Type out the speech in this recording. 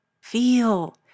Feel